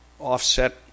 offset